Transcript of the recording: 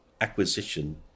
acquisition